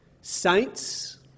saints